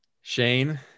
Shane